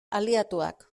aliatuak